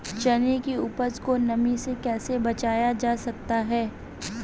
चने की उपज को नमी से कैसे बचाया जा सकता है?